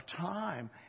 time